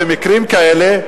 במקרים כאלה,